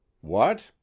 What